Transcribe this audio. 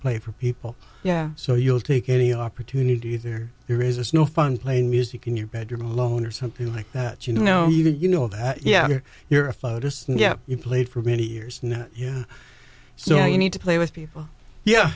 play for people yeah so you'll take any opportunity there there is no fun playing music in your bedroom alone or something like that you know even you know that yeah you're a photostat yeah you played for many years yeah so you need to play with people yeah